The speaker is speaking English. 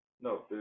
No